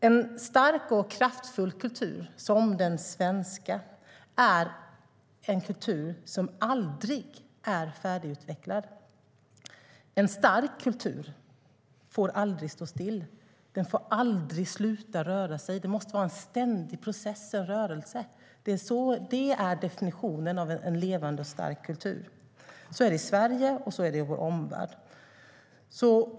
En stark och kraftfull kultur, som den svenska, är aldrig färdigutvecklad. En stark kultur får aldrig stå still, får aldrig sluta röra sig. Det måste vara en ständig process och rörelse. Det är definitionen av en levande och stark kultur. Så är det i Sverige, och så är det i vår omvärld.